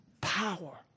power